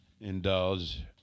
indulge